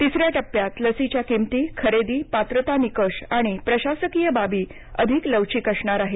तिसऱ्या टप्प्यात लसीच्या किंमती खरेदी पात्रता निकष आणि प्रशासकीय बाबी अधिक लवचिक असणार आहेत